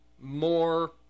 more